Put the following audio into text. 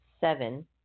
Seven